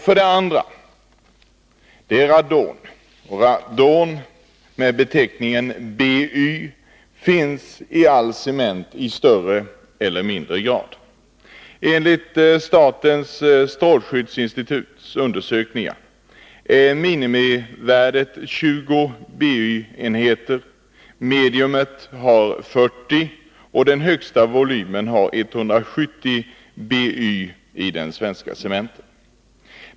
För det andra: Radon med beteckningen BY finns i all cement i större eller mindre grad. Enligt statens strålskyddsinstituts undersökningar är minimivärdet 20 BY-enheter, och medium är 40 BY. Den högsta volymen är 170 BY iden svenska cementen.